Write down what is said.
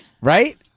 right